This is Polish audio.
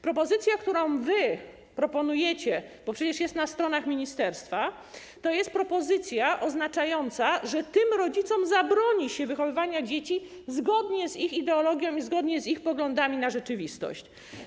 Propozycja, którą wy podsuwacie, bo przecież jest na stronach ministerstwa, to jest propozycja oznaczająca, że tym rodzicom zabroni się wychowywania dzieci zgodnie z ich ideologią i zgodnie z ich poglądami na rzeczywistość.